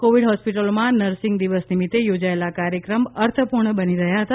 Covid હોસ્પિટલોમાં nursing દિવસ નિમિત્તે યોજાયેલા કાર્યક્રમ અર્થપુર્ણ બની રહ્યા હતા